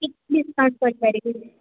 କରିପାରିବି